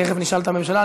תכף נשאל את הממשלה.